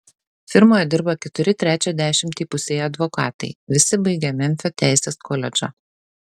firmoje dirba keturi trečią dešimtį įpusėję advokatai visi baigę memfio teisės koledžą